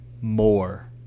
more